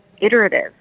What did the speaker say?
iterative